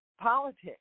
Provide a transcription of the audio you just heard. politics